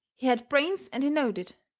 he had brains and he knowed it,